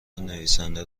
نویسنده